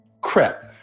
crap